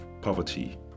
poverty